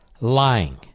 lying